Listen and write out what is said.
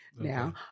now